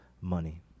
money